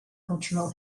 cultural